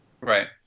Right